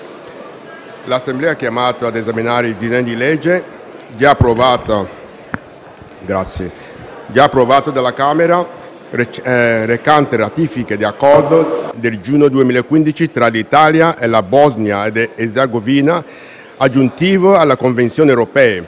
l'Assemblea è chiamata ad esaminare il disegno di legge, già approvato dalla Camera, recante ratifica dell'Accordo del giugno 2015 tra l'Italia e la Bosnia-Erzegovina aggiuntivo alla Convenzione europea